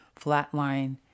flatline